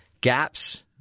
gaps